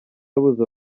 abuza